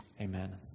Amen